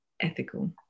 ethical